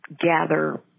gather